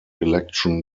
election